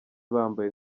bambaye